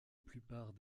plupart